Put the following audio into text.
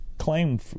claim